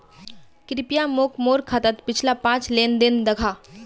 कृप्या मोक मोर खातात पिछला पाँच लेन देन दखा